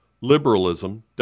liberalism